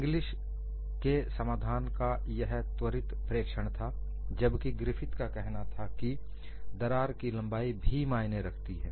English के समाधान का यह त्वरित प्रेक्षण था जबकि ग्रिफिथ का कहना था कि दरार की लंबाई भी मायने रखती है